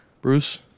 Bruce